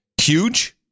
Huge